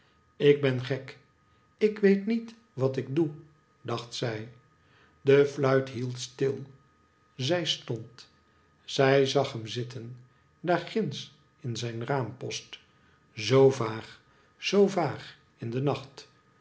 ik ben gek ik weet niet wat ik doe dacht zij de fluit hield stil zij stond zij zag hem zitten daar ginds in zijn raampost zoo vaag zoo vaag in den nacht